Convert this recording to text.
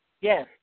yes